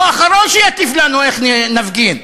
הוא האחרון שיטיף לנו איך נפגין.